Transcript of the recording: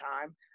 time